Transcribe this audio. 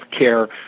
healthcare